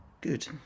good